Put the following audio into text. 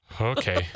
Okay